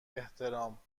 احترام